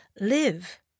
live